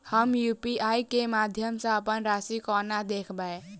हम यु.पी.आई केँ माध्यम सँ अप्पन राशि कोना देखबै?